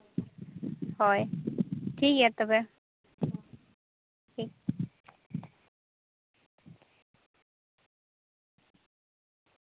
ᱦᱳᱭ ᱴᱷᱤᱠᱜᱮᱭᱟ ᱛᱚᱵᱮ ᱴᱷᱤᱠ